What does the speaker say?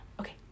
Okay